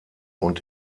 und